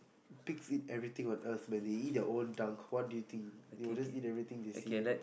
pig eats everything on Earth they eat their own dump what do you think they will just eat everything they see